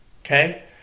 Okay